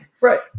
right